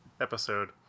episode